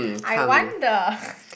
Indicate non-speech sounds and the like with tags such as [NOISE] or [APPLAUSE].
I wonder [BREATH]